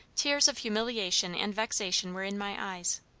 tears of humiliation and vexation were in my eyes.